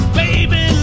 baby